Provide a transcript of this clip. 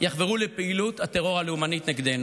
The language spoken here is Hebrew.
יחברו לפעילות הטרור הלאומנית נגדנו.